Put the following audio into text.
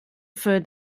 für